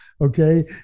Okay